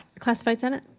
classified senate?